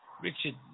Richard